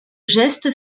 geste